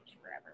forever